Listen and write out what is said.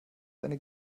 eine